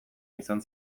izan